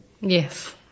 Yes